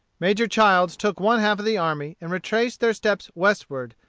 major childs took one-half of the army and retraced their steps westward,